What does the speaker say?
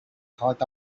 thought